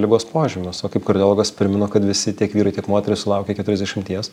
ligos požymius o kaip kardiologas primenu kad visi tiek vyrai tiek moterys sulaukę keturiasdešimties